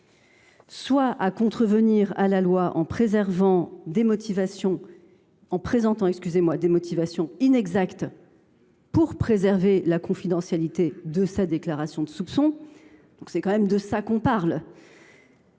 soit contrevenir à la loi en présentant des motivations inexactes pour préserver la confidentialité de sa déclaration de soupçon. Nous retrouvons donc ici les